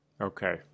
Okay